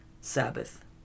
Sabbath